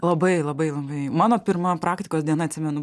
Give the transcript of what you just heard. labai labai labai mano pirma praktikos diena atsimenu